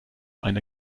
eine